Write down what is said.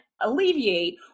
alleviate